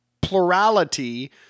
plurality